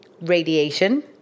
radiation